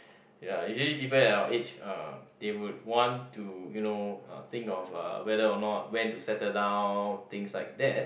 ya usually people at our age uh they would want to you know uh think of uh whether or not when to settle down things like that